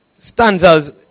Stanzas